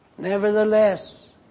Nevertheless